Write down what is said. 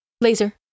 Laser